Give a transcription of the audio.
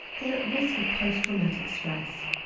they are at risk of post-traumatic stress.